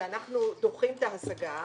שאנחנו דוחים את ההשגה